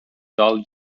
dull